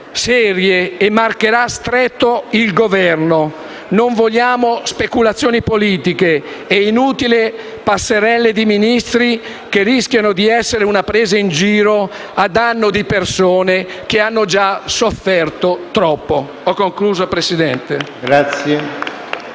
serie e "marcherà stretto" il Governo. Non vogliamo speculazioni politiche e inutili passerelle di Ministri, che rischiano di essere una presa in giro, a danno di persone che hanno sofferto già troppo. *(Applausi dal